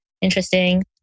interesting